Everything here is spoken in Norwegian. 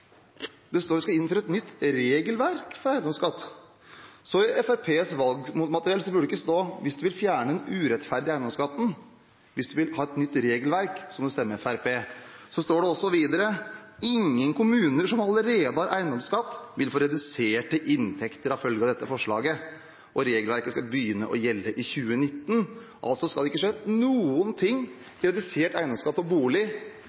Det står at vi skal innføre et nytt regelverk for eiendomsskatt. Så i Fremskrittspartiets valgmateriell burde det ikke stå: «Hvis du vil fjerne den urettferdige eiendomsskatten, må du stemme på Fremskrittspartiet», men: «Hvis du vil ha et nytt regelverk, må du stemme på Fremskrittspartiet.» Det står videre at ingen kommuner som allerede har eiendomsskatt, vil få reduserte inntekter som følge av dette forslaget, og at regelverket skal begynne å gjelde i 2019. Altså skal det ikke skje noen